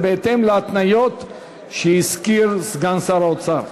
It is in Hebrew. זה בהתאם להתניות שהזכיר סגן שר האוצר.